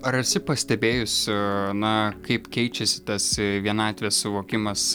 ar esi pastebėjusi na kaip keičiasi tas vienatvės suvokimas